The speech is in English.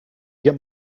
get